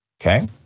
Okay